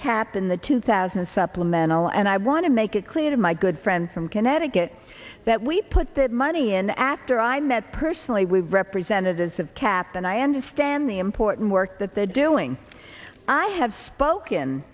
cap in the two thousand and supplemental and i want to make it clear to my good friend from connecticut that we put that money in after i met personally with representatives of cap and i understand the important work that they're doing i have spoken